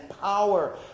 power